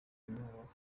imihoho